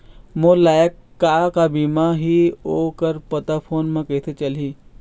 मोर लायक का का बीमा ही ओ कर पता फ़ोन म कइसे चलही?